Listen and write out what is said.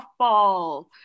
softball